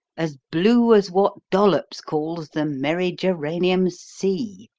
as blue as what dollops calls the merry geranium sea